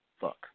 fuck